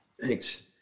thanks